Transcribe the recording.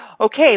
okay